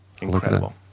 Incredible